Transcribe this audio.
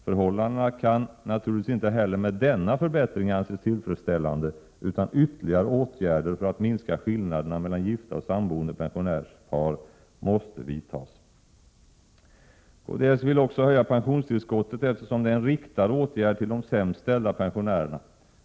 Förhållandena kan naturligtvis inte heller med denna förbättring anses tillfredsställande, utan ytterligare åtgärder för att minska skillnaderna mellan gifta och sammanboende pensionärspar måste vidtas. Kds vill också höja pensionstillskottet, eftersom det är en riktad åtgärd till de sämst ställda pensionärerna.